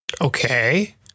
Okay